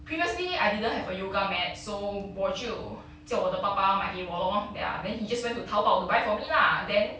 previously I didn't have a yoga mat so 我就叫我的爸爸买给我 lor ya then he just went to taobao to buy for me lah then